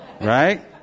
Right